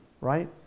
right